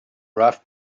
rough